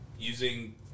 using